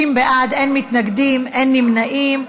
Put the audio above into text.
ההצעה להעביר את הצעת חוק העונשין (תיקון,